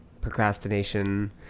procrastination